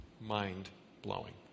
Mind-blowing